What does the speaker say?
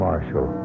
Marshall